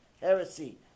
heresy